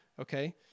okay